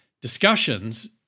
discussions